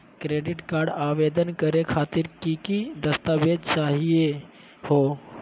Credit card आवेदन करे खातिर की की दस्तावेज चाहीयो हो?